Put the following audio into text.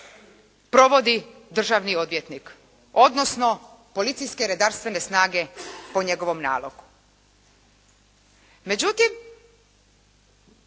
provodi državni odvjetnik, odnosno policijske redarstvene snage po njegovom nalogu.